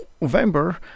November